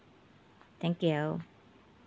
thank you